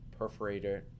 perforator